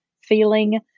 feeling